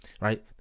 right